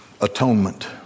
Atonement